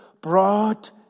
brought